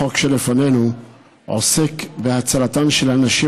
החוק שלפנינו עוסק בהצלתן של הנשים